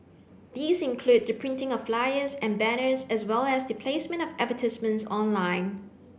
these include the printing of flyers and banners as well as the placement of advertisements online